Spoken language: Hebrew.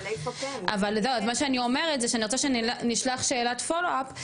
אבל מה שאני אומרת זה שאני רוצה שנשלח שאלת פולו-אפ.